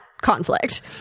conflict